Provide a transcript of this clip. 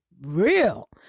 real